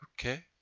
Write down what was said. Okay